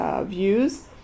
views